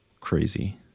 crazy